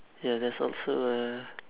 ya there's also uh